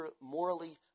morally